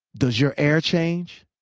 does your air change?